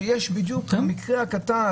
שיש בדיוק המקרה הקטן,